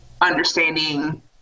understanding